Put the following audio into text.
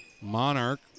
Monarch